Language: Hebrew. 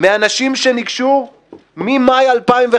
מהאנשים שניגשו ממאי 2015